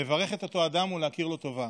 לברך את אותו אדם ולהכיר לו טובה,